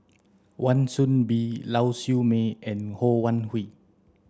Wan Soon Bee Lau Siew Mei and Ho Wan Hui